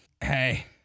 hey